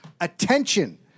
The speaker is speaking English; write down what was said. Attention